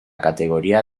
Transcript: categoría